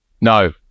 No